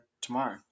Tomorrow